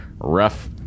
rough